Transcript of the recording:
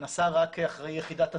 נסע רק אחראי יחידת התיעול.